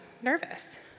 nervous